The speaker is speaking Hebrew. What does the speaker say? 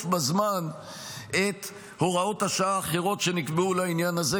בזמן את הוראות השעה האחרות שנקבעו לעניין הזה,